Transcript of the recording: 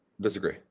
Disagree